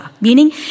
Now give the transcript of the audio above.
meaning